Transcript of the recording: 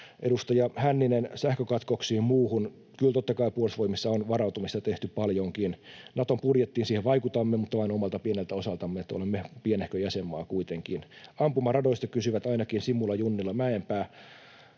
Edustaja Hänninen, sähkökatkoksiin ja muuhun: Kyllä, totta kai Puolustusvoimissa on varautumista tehty paljonkin. Naton budjettiin vaikutamme, mutta vain omalta pieneltä osaltamme, olemme pienehkö jäsenmaa kuitenkin. Ampumaradoista kysyivät ainakin Simula, Junnila, Mäenpää: